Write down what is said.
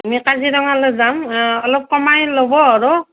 আমি কাজিৰঙালৈ যাম অলপ কমাই ল'ব আৰু